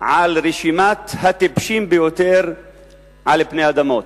ברשימת הטיפשים ביותר על פני אדמות.